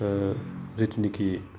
जिथुनेखि